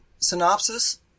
synopsis